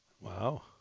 Wow